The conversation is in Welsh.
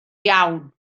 iawn